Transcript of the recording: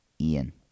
Ian